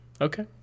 Okay